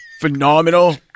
Phenomenal